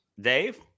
dave